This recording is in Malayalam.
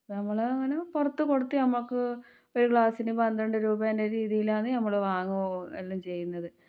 ഞമ്മളങ്ങനെ പുറത്ത് കൊടുത്ത് നമുക്ക് ഒരു ഗ്ലാസിന് പന്ത്രണ്ട് രൂപേൻ്റെ രീതിയിലാന്ന് ഞമ്മള് വാങ്ങുകയോ എല്ലാം ചെയ്യുന്നത്